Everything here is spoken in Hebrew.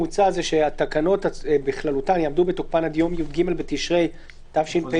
תקנה 24. מוצע שהתקנות בכללותן יעמדו בתוקפן עד יום י"ג בתשרי התשפ"א